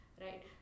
right